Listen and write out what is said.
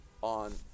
on